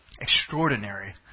extraordinary